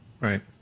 Right